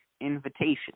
invitation